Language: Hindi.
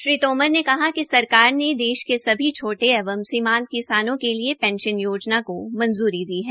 श्री तोमर ने कहा कि सरकार ने देश के सभी छोटे एवं सीमांत किसानों के लिये पेंशन की भी मंज्री दी है